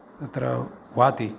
अत्र वाति